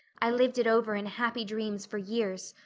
i lived it over in happy dreams for years.